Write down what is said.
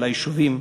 של היישובים,